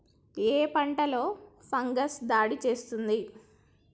ఏ పంటలో ఫంగస్ దాడి చేస్తుంది?